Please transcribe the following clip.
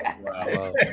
Wow